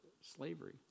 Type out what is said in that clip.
slavery